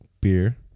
beer